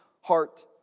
heart